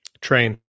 Train